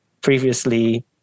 previously